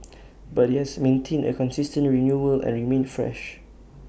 but IT has maintained A consistent renewal and remained fresh